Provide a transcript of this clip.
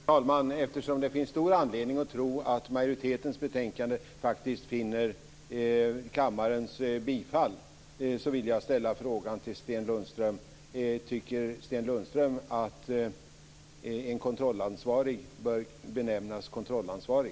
Fru talman! Eftersom det finns stor anledning att tro att majoritetens betänkande faktiskt finner kammarens bifall vill jag ställa frågan till Sten Lundström: Tycker Sten Lundström att en kontrollansvarig bör benämnas kontrollansvarig?